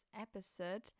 episode